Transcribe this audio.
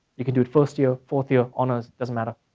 you can do it first year, fourth year, honors, doesn't matter.